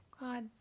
God